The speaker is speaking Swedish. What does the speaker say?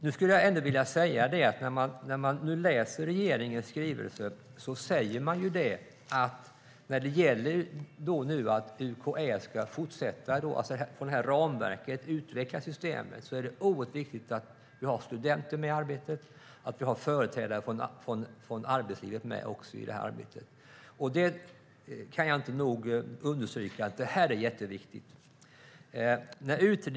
Jag skulle ändå vilja framhålla att regeringen säger i sin skrivelse att när det gäller att UKÄ ska fortsätta utveckla systemet från det här ramverket är det oerhört viktigt att vi har studenter men också företrädare från arbetslivet med i arbetet. Jag kan inte nog understryka att det är jätteviktigt.